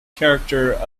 character